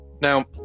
Now